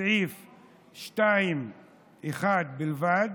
סעיף 2(1) בלבד,